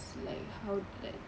like how like